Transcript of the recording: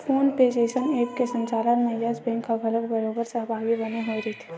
phone पे जइसन app के संचालन म यस बेंक ह घलोक बरोबर सहभागी बने होय रहिथे